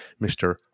Mr